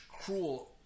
cruel